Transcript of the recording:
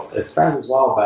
as as well,